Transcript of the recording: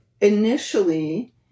initially